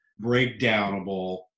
breakdownable